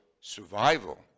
survival